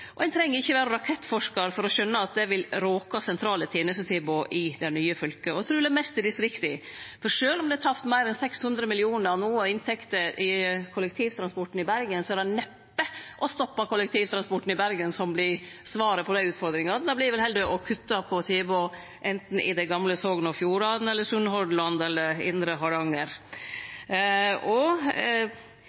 Ein treng ikkje vere rakettforskar for å skjøne at det vil råke sentrale tenestetilbod i det nye fylket – og truleg mest i distrikta, for sjølv om det no er tapt meir enn 600 mill. kr i inntekter til kollektivtransporten i Bergen, er det neppe å stoppe kollektivtransporten i Bergen som vert svaret på dei utfordringane, det vert vel heller å kutte i tilbod anten i det gamle Sogn og Fjordane, i Sunnhordland eller i indre Hardanger.